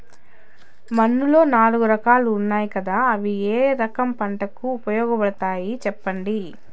మన్నులో నాలుగు రకాలు ఉన్నాయి కదా అవి ఏ రకం పంటలకు ఉపయోగపడతాయి చెప్పండి?